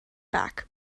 back